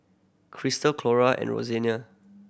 Christal Clora and Roseanna